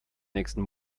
nächsten